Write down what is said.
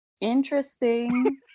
interesting